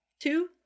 Two